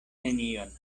nenion